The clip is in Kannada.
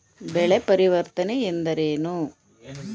ಬೆಳೆ ಪರಿವರ್ತನೆ ಎಂದರೇನು?